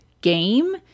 game